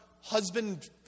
husband